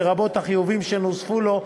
לרבות החיובים שנוספו לו,